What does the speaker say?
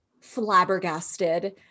flabbergasted